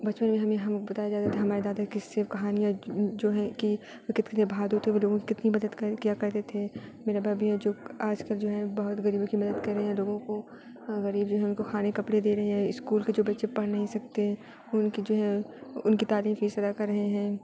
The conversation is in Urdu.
بچپن میں ہمیں ہم بتایا جاتا تھا ہمارے دادا قصے کہانیاں جو ہے کہ وہ کتنے بہادر تھے وہ لوگوں کی کتنی مدد کر کیا کرتے تھے میرے ابا بھی جو آج کل جو ہے بہت غریبوں کی مدد کر رہے ہیں لوگوں کو غریب جو ہے ان کو کھانے کپڑے دے رہے ہیں اسکول کے جو بچے پڑھ نہیں سکتے ان کی جو ہے ان کی تعلیم فیس ادا کر رہے ہیں